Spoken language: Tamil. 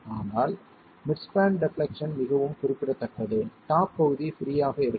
ஆனால் மிட் ஸ்பான் டெப்லெக்சன் மிகவும் குறிப்பிடத்தக்கது டாப் பகுதி பிரீ ஆக இருக்கும்